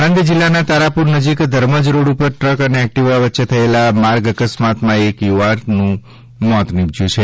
આણંદ જિલ્લાના તારાપુર નજીક ધર્મજ રોડ ઉપર ટ્રક અને એક્ટિવા વચ્ચે થયેલા માર્ગ અકસ્માતમાં એક યુવકનું મોત નિપજયું છે